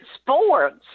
sports